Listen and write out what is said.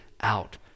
out